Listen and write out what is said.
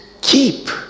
keep